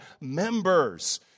members